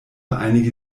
einige